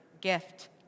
gift